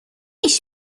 پیش